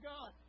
God